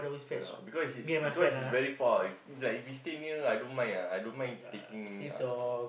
ya lor because he is because he is very far if like if he stays near I don't mind ah I don't mind taking uh